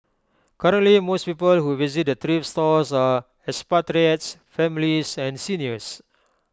currently most people who visit the thrift stores are expatriates families and seniors